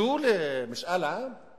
נדרשו למשאל עם?